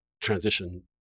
transition